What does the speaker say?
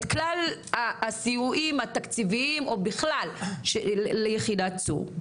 כל הסיוע התקציבי או בכלל ליחידת צור.